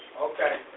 Okay